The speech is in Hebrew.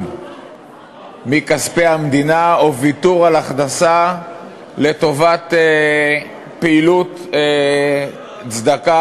מכספי המדינה או ויתור על הכנסה לטובת פעילות צדקה,